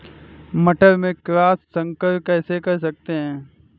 मटर में क्रॉस संकर कैसे कर सकते हैं?